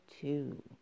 two